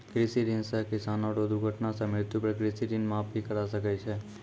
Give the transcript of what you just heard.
कृषि ऋण सह किसानो रो दुर्घटना सह मृत्यु पर कृषि ऋण माप भी करा सकै छै